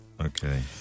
Okay